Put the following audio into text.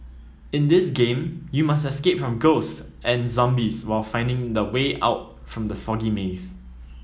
in this game you must escape from ghosts and zombies while finding the way out from the foggy maze